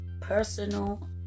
personal